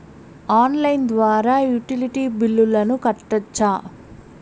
Online ద్వారా utility బిల్లులను కట్టొచ్చా?